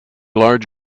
large